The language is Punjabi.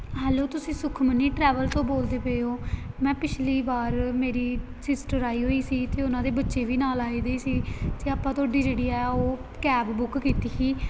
ਹੈਲੋ ਤੁਸੀਂ ਸੁਖਮਨੀ ਟਰੈਵਲ ਤੋਂ ਬੋਲਦੇ ਪਏ ਹੋ ਮੈਂ ਪਿਛਲੀ ਵਾਰ ਮੇਰੀ ਸਿਸਟਰ ਆਈ ਹੋਈ ਸੀ ਅਤੇ ਉਹਨਾਂ ਦੇ ਬੱਚੇ ਵੀ ਨਾਲ ਆਏ ਦੇ ਸੀ ਅਤੇ ਆਪਾਂ ਤੁਹਾਡੀ ਜਿਹੜੀ ਆ ਉਹ ਕੈਬ ਬੁੱਕ ਕੀਤੀ ਸੀ